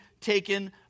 taken